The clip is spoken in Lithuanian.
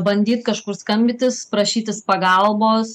bandyt kažkur skambintis prašytis pagalbos